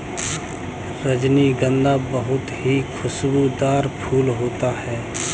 रजनीगंधा बहुत ही खुशबूदार फूल होता है